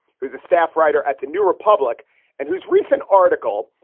who's a staff writer at the new republic and whose recent article,